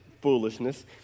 foolishness